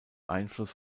einfluss